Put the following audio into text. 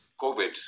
COVID